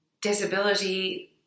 Disability